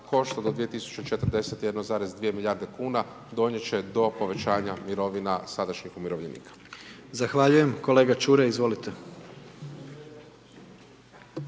košta do 2041,2 milijarde kn, donijeti će do povećanja mirovina sadašnjih umirovljenika. **Jandroković, Gordan